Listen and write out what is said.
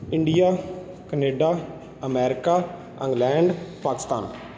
India Canada America England Pakistan